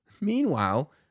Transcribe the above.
Meanwhile